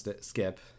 skip